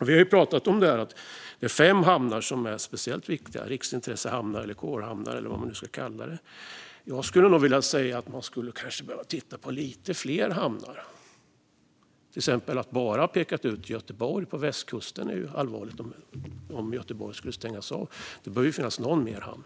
Vi har talat om att det är fem hamnar som är speciellt viktiga, riksintressehamnar, corehamnar eller vad man nu ska kalla det. Jag skulle nog vilja säga att man kanske behöver titta på lite fler hamnar. Man har till exempel bara pekat ut Göteborg på västkusten. Det är allvarligt om Göteborg skulle stängas av. Det bör finnas någon mer hamn.